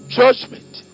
judgment